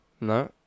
No